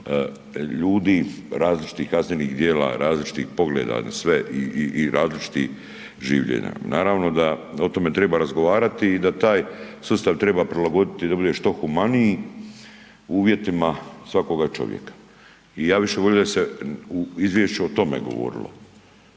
ljudi različitih kaznenih djela, različitih pogleda na sve i, i, i različitih življenja. Naravno da o tome treba razgovarati i da taj sustav treba prilagoditi da bude što humaniji u uvjetima svakoga čovjeka i ja bi više volio da se u izvješću o tome govorilo,